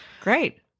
Great